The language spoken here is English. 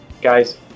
guys